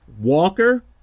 Walker